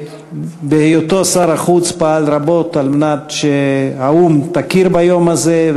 שבהיותו שר החוץ פעל רבות כדי שהאו"ם יכיר ביום הזה,